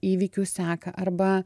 įvykių seką arba